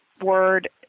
word